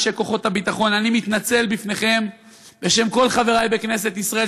אנשי כוחות הביטחון: אני מתנצל בפניכם בשם כל חברי בכנסת ישראל,